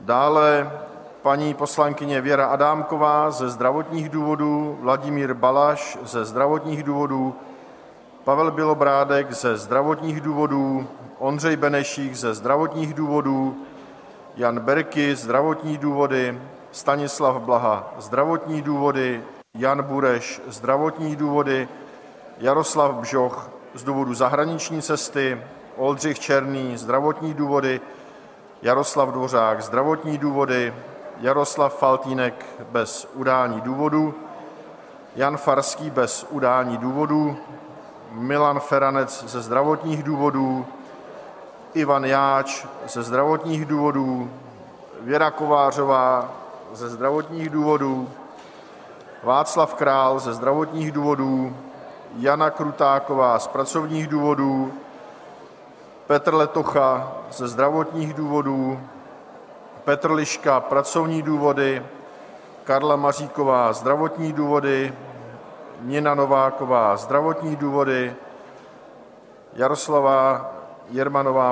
Dále paní poslankyně Věra Adámková ze zdravotních důvodů, Vladimír Balaš ze zdravotních důvodů, Pavel Bělobrádek ze zdravotních důvodů, Ondřej Benešík ze zdravotních důvodů, Jan Berki zdravotní důvody, Stanislav Blaha zdravotní důvody, Jan Bureš zdravotní důvody, Jaroslav Bžoch z důvodu zahraniční cesty, Oldřich Černý zdravotní důvody, Jaroslav Dvořák zdravotní důvody, Jaroslav Faltýnek bez udání důvodu, Jan Farský bez udání důvodu, Milan Feranec ze zdravotních důvodů, Ivan Jáč ze zdravotních důvodů, Věra Kovářová ze zdravotních důvodů, Václav Král ze zdravotních důvodů, Jana Krutáková z pracovních důvodů, Petr Letocha ze zdravotních důvodů, Petr Liška pracovní důvody, Karla Maříková zdravotní důvody, Nina Nováková zdravotní důvody, Jaroslava Jermanová